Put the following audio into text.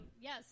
yes